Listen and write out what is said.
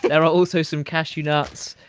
and are also some cashew nuts,